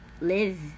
live